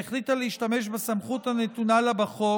שהחליטה להשתמש בסמכות הנתונה לה בחוק